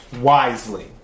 wisely